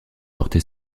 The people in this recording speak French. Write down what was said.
porté